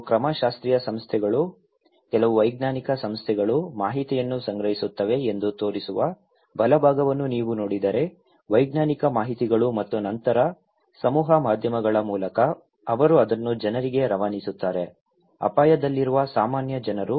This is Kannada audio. ಕೆಲವು ಕ್ರಮಶಾಸ್ತ್ರೀಯ ಸಂಸ್ಥೆಗಳು ಕೆಲವು ವೈಜ್ಞಾನಿಕ ಸಂಸ್ಥೆಗಳು ಮಾಹಿತಿಯನ್ನು ಸಂಗ್ರಹಿಸುತ್ತವೆ ಎಂದು ತೋರಿಸುವ ಬಲಭಾಗವನ್ನು ನೀವು ನೋಡಿದರೆ ವೈಜ್ಞಾನಿಕ ಮಾಹಿತಿಗಳು ಮತ್ತು ನಂತರ ಸಮೂಹ ಮಾಧ್ಯಮಗಳ ಮೂಲಕ ಅವರು ಅದನ್ನು ಜನರಿಗೆ ರವಾನಿಸುತ್ತಾರೆ ಅಪಾಯದಲ್ಲಿರುವ ಸಾಮಾನ್ಯ ಜನರು